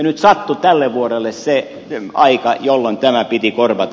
nyt sattui tälle vuodelle se aika jolloin nämä piti korvata